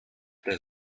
der